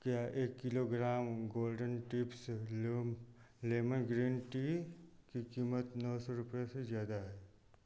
क्या एक kilogram golden tips लेम लेमन ग्रीन टी की कीमत नौ सौ रुपये से ज़्यादा है